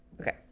okay